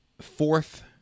fourth